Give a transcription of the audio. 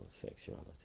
sexuality